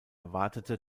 erwartete